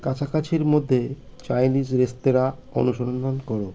কাছাকাছির মধ্যে চাইনিস রেস্তোরাঁঁ অনুসন্ধান করো